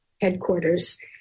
headquarters